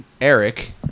Eric